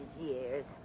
years